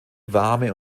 warme